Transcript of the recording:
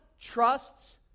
trusts